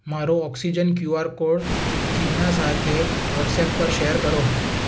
મારો oxygen Q R code Jigna સાથે WhatsApp પર શેર કરો